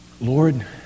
Lord